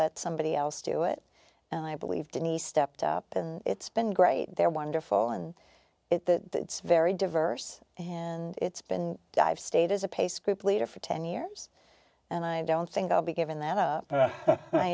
let somebody else do it and i believe denise stepped up and it's been great they're wonderful in it the very diverse and it's been dive state as a pace group leader for ten years and i don't think i'll be giving that up